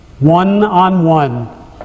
one-on-one